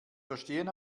verstehen